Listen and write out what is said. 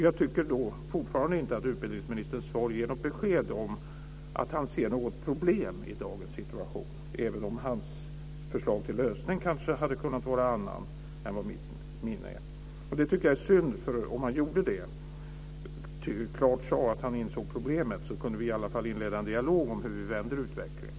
Jag tycker fortfarande inte att utbildningsministerns svar ger besked om att han ser något problem i dagens situation, även om hans förslag till lösning kanske är andra än mina. Jag tycker att det är synd, för om han klart sade att han insåg problemet kunde vi i alla fall inleda en dialog om hur vi vänder utvecklingen.